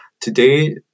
Today